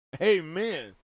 amen